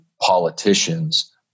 politicians